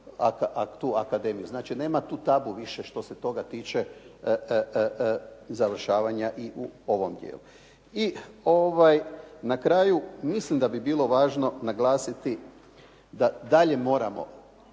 tu akademiju. Znači, nema tu tabu više što se toga tiče završavanja i u ovom dijelu. I na kraju mislim da bi bilo važno naglasiti da dalje moramo